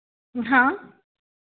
हाँ